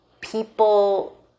people